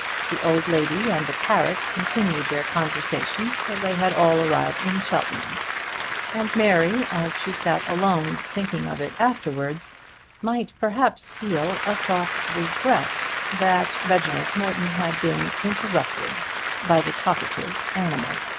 the old lady and the parrot continued their conversation till they had all arrived in cheltenham and mary as she sat alone thinking of it afterwards might perhaps feel a soft regret that reginald morton had been interrupted by the talkative animal.